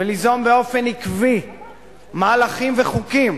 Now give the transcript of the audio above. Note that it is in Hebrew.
וליזום באופן עקבי מהלכים וחוקים